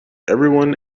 everyone